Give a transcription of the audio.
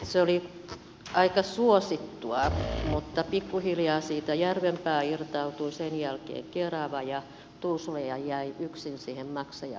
se oli aika suosittu mutta pikkuhiljaa siitä järvenpää irtautui sen jälkeen kerava ja tuusula jäi yksin siihen maksajaksi